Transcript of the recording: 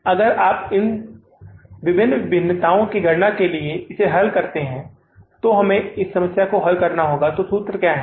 तो अगर आप अब इन विभिन्न भिन्नताओं की गणना के लिए इसे हल करते हैं तो हमें इस समस्या को हल करना होगा तो सूत्र क्या है